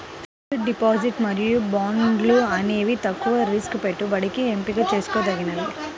fixed deposit మరియు బాండ్లు అనేవి తక్కువ రిస్క్ పెట్టుబడికి ఎంపిక చేసుకోదగినవి